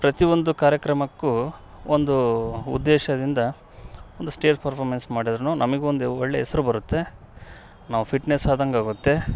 ಪ್ರತಿಒಂದು ಕಾರ್ಯಕ್ರಮಕ್ಕೂ ಒಂದು ಉದ್ದೇಶದಿಂದ ಒಂದು ಸ್ಟೇಜ್ ಪರ್ಫಾಮೆನ್ಸ್ ಮಾಡಿದ್ರು ನಮಗ್ ಒಂದು ಒಳ್ಳೆ ಹೆಸರು ಬರುತ್ತೆ ನಾವು ಫಿಟ್ನೆಸ್ ಆದಂಗೆ ಆಗುತ್ತೆ